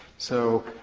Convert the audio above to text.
so